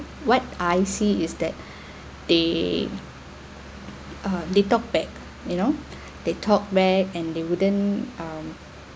what I see is that they uh they talked back you know they talked back and they wouldn't um